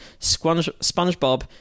SpongeBob